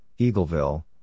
Eagleville